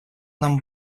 нам